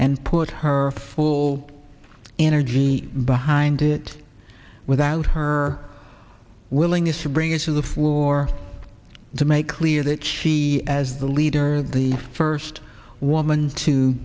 and put her full energy behind it without her willingness to bring it to the floor to make clear that she as the leader the first woman to